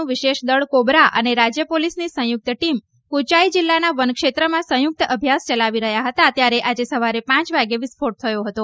નું વિશેષ દળ કોબરા અને રાજ્ય પોલીસની સંયુક્ત ટીમ કુચાઇ જિલ્લાના વનક્ષેત્રમાં સંયુક્ત અભિયાન ચલાવી રહ્યા હતા ત્યારે આજે સવારે પાંચ વાગે વિસ્ફોટ થયો હતો